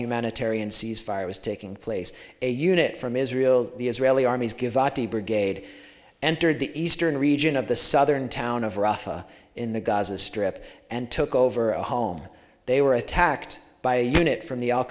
humanitarian ceasefire was taking place a unit from israel the israeli army's givati brigade entered the eastern region of the southern town of ruffa in the gaza strip and took over a home they were attacked by a unit from the